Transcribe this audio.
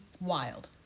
wild